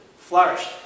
flourished